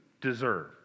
deserve